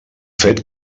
fet